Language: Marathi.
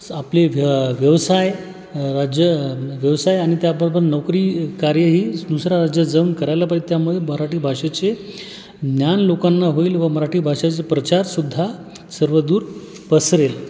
आपली व्य व्यवसाय राज्य व्यवसाय आणि त्याचबरोबर नोकरी कार्येही दुसऱ्या राज्यात जाऊन करायला पाहिजे त्यामुळे मराठी भाषेचे ज्ञान लोकांना होईल व मराठी भाषेचा प्रचार सुद्धा सर्वदूर पसरेल